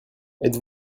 êtes